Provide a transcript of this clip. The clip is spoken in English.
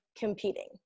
competing